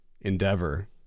endeavor